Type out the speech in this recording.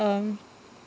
um